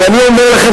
ואני אומר לכם,